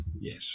Yes